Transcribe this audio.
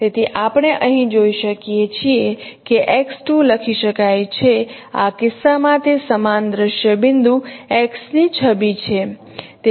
તેથી આપણે અહીં જોઈ શકીએ છીએ કે x2 લખી શકાય છે આ કિસ્સામાં તે સમાન દ્રશ્ય બિંદુ x ની છબી છે